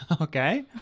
okay